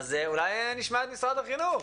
אז אולי נשמע את משרד החינוך.